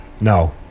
no